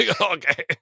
Okay